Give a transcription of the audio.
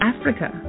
Africa